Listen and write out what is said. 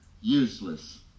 useless